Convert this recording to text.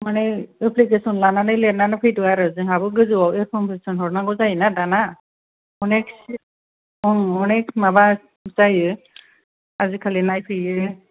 माने एप्लिकेसन लानानै लिरनानै फैदो आरो जोंहाबो गोजौआव इनफरमेसन हरनांगौ जायोना दाना अनेक ओं अनेक माबा जायो आजिखालि नायफैयो